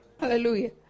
Hallelujah